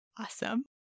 Awesome